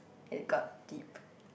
it got deep